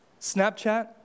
Snapchat